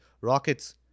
Rockets